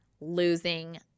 losing